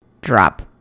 Drop